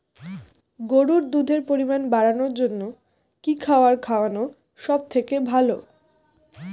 গরুর দুধের পরিমাণ বাড়ানোর জন্য কি খাবার খাওয়ানো সবথেকে ভালো?